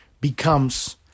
becomes